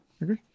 agree